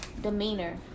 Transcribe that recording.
demeanor